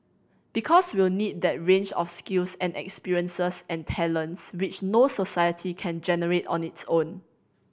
because we'll need that range of skills and experiences and talents which no society can generate on its own